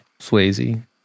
Swayze